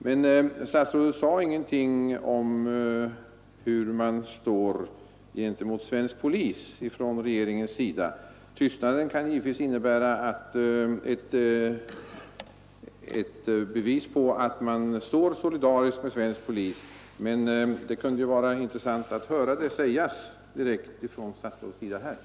Men statsrådet sade ingenting om hur man står gentemot svensk polis från regeringens sida. Tystnaden kan givetvis innebära ett bevis på att man står solidarisk med svensk polis, men det kunde ju vara intressant att här höra statsrådet säga det direkt.